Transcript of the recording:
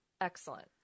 Excellent